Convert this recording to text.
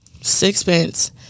Sixpence